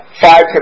Five